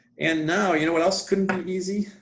and now, you know what else couldn't be easy,